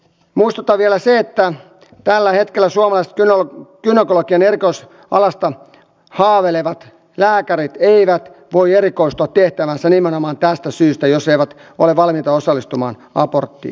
muistutan vielä siitä että tällä hetkellä suomalaiset gynekologian erikoisalasta haaveilevat lääkärit eivät voi erikoistua tehtäväänsä nimenomaan tästä syystä jos eivät ole valmiita osallistumaan aborttiin